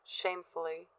shamefully